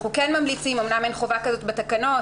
אומנם אין חובה בתקנות,